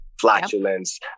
flatulence